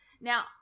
Now